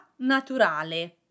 naturale